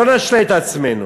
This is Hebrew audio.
לא נשלה את עצמנו.